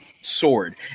sword